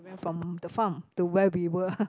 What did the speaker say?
from the farm to where we were